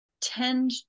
tend